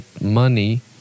money